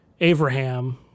Abraham